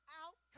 out